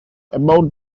about